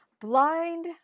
Blind